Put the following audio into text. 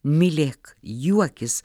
mylėk juokis